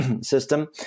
system